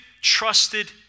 trusted